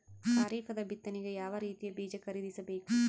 ಖರೀಪದ ಬಿತ್ತನೆಗೆ ಯಾವ್ ರೀತಿಯ ಬೀಜ ಖರೀದಿಸ ಬೇಕು?